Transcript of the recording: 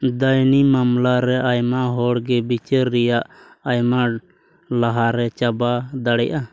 ᱫᱮᱣᱟᱱᱤ ᱢᱟᱢᱞᱟᱨᱮ ᱟᱭᱢᱟ ᱦᱚᱲᱜᱮ ᱵᱤᱪᱟᱹᱨ ᱨᱮᱱᱟᱜ ᱟᱭᱢᱟ ᱞᱟᱦᱟᱨᱮ ᱪᱟᱵᱟ ᱫᱟᱲᱮᱭᱟᱜᱼᱟ